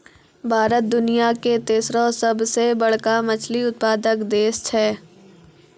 भारत दुनिया के तेसरो सभ से बड़का मछली उत्पादक देश छै